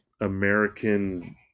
American